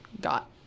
got